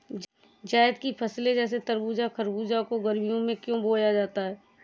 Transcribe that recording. जायद की फसले जैसे तरबूज़ खरबूज को गर्मियों में क्यो बोया जाता है?